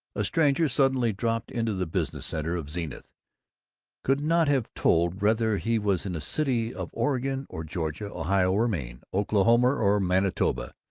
a stranger suddenly dropped into the business-center of zenith could not have told whether he was in a city of oregon or georgia, ohio or maine, oklahoma or manitoba.